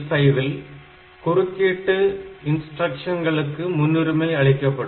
8085 ல் குறுக்கீட்டு இன்ஸ்டிரக்ஷன்களுக்கு முன்னுரிமை அளிக்கப்படும்